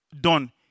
done